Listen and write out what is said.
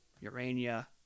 Urania